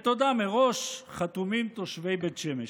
בתודה מראש, חתומים תושבי בית שמש.